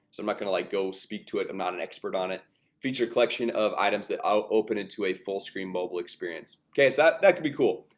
so i'm not gonna like go speak to it i'm not an expert on it feature collection of items that ah open into a full-screen mobile experience. okay, so that that could be cool,